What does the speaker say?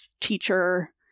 teacher